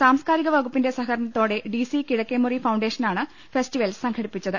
സാംസ്കാരിക വകുപ്പിന്റെ സഹകര ണത്തോടെ ഡി സി കിഴക്കേമുറി ഫൌണ്ടേഷനാണ് ഫെസ്റ്റിവെൽ സംഘടിപ്പിച്ചത്